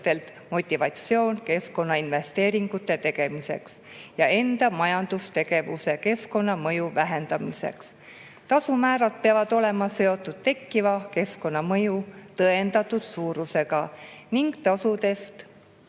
motivatsioon keskkonnainvesteeringute tegemiseks ja enda majandustegevuse keskkonnamõju vähendamiseks. Tasumäärad peavad olema seotud tekkiva keskkonnamõju tõendatud suurusega ning tasudest